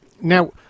Now